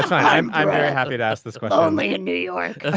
i'm i'm happy to ask this, but only in new york ah